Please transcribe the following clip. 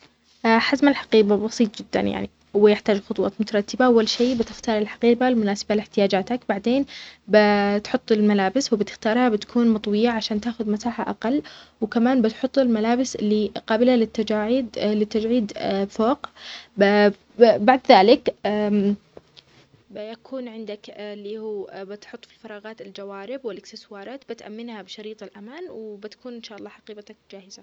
حزم الحقيبة بسيط جدا، يعني هو يحتاج خطوات مترتبة، أول شيء بتختار الحقيبة المناسبة لاحتياجاتك، بعدين بتحط الملابس وبتختاريها بتكون مطوية عشان تاخد مساحة أقل، وكمان بتحط الملابس اللي قابلة للتجاعيد-للتجعيد فوق ب-ب- بعد ذلك بيكون عندك إللي هو بتحط في الفراغات الجوارب والإكسسوارات بتأمنها بشريط الأمان وبتكون إن شاء الله حقيبتك جاهزة.